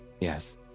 yes